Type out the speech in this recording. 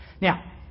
Now